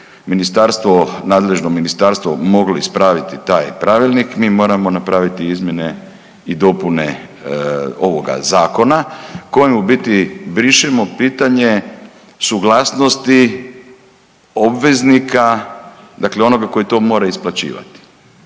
Ministarstvo, nadležno ministarstvo moglo ispraviti taj Pravilnik, mi moramo napraviti izmjene i dopune ovoga Zakona kojim u biti brišemo pitanje suglasnosti obveznika, dakle onoga koji to mora isplaćivati,